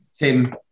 Tim